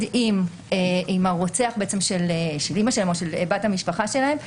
עם הרוצח של האימא או של בת המשפחה שלהם,